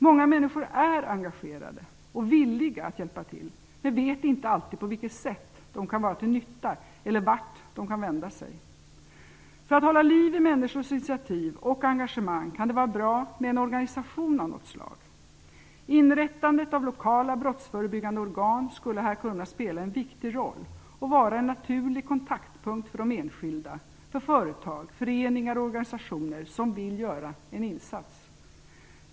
Många människor är engagerade och villiga att hjälpa till, men vet inte alltid på vilket sätt de kan vara till nytta eller vart de kan vända sig. För att hålla liv i människors initiativ och engagemang kan det vara bra med en organisation av något slag. Inrättandet av lokala brottsförebyggande organ skulle här kunna spela en viktig roll och vara en naturlig kontaktpunkt för de enskilda, för företag, föreningar och organisationer som vill göra en insats.